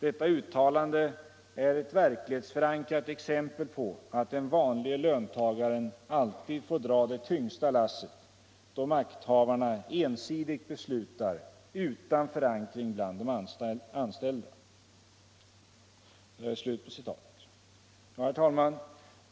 — Detta uttalande är ett verklighetsförankrat exempel på att den vanlige löntagaren alltid får dra det tyngsta lasset då makthavarna ensidigt beslutar utan förankring bland de anställda.” Herr talman!